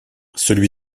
celui